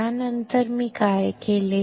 त्यानंतर मी काय केले